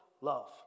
love